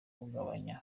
kugabanya